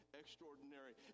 extraordinary